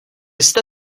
jste